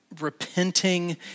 repenting